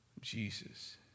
jesus